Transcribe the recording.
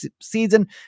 season